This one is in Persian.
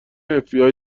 fbi